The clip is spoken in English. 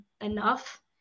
enough